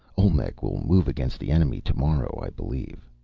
olmec will move against the enemy tomorrow, i believe.